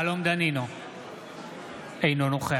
אינו נוכח